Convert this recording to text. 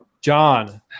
John